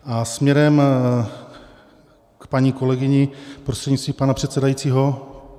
A směrem k paní kolegyni prostřednictvím pana předsedajícího.